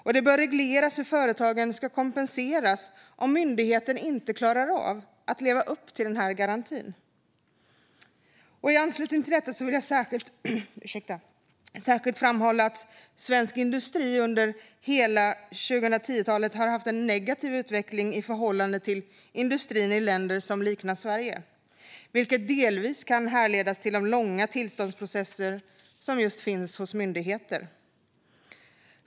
Det bör också regleras hur företagen ska kompenseras om en myndighet inte klarar av att leva upp till denna garanti. I anslutning till detta vill jag särskilt framhålla att svensk industri under hela 2010-talet har haft en negativ utveckling i förhållande till industrin i länder som liknar Sverige, vilket delvis kan härledas till de långa tillståndsprocesser som finns hos myndigheter.